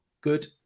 good